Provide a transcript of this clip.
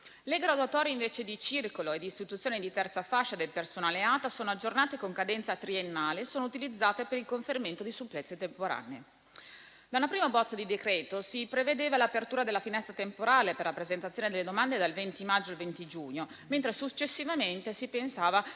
le graduatorie di circolo e di istituto di terza fascia del personale ATA sono aggiornate con cadenza triennale e sono utilizzate per il conferimento delle supplenze temporanee. Da una prima bozza di decreto si prevedeva l'apertura della finestra temporale per la presentazione delle domande dal 20 maggio al 20 giugno, mentre successivamente si pensava che